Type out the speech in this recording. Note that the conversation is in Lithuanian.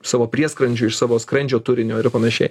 savo prieskrandžio iš savo skrandžio turinio ir panašiai